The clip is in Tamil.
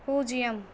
பூஜ்ஜியம்